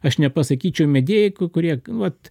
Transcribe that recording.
aš nepasakyčiau mėgėjai ku kurie vat